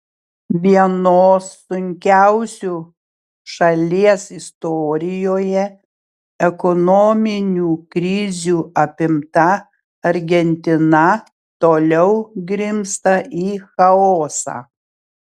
vienos sunkiausių šalies istorijoje ekonominių krizių apimta argentina toliau grimzta į chaosą